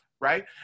Right